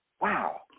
Wow